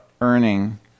earning